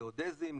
גיאודזים,